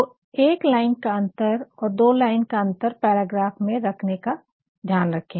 तो एक लाइन का अंतर और दो लाइन का अंतर पैराग्राफ में रखने का ध्यान रखे